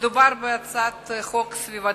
מדובר בהצעת חוק סביבתית,